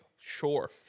sure